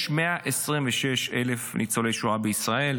יש 126,000 ניצולי שואה בישראל,